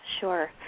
Sure